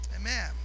Amen